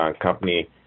company